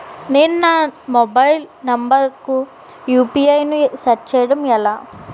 నేను నా mobile number కుయు.పి.ఐ ను సెట్ చేయడం ఎలా?